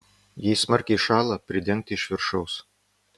jei smarkiai šąla pridengti iš viršaus